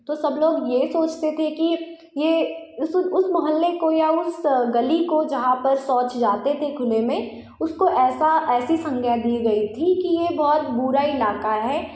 तो सब लोग ये सोचते थे कि ये उस उस मोहल्ले को या उस गली को जहाँ पर शौच जाते थे खुले में उसको ऐसा ऐसी संज्ञा दी गई थी कि ये बहुत बुरा इलाक़ा है